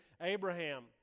Abraham